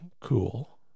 cool